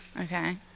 Okay